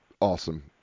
awesome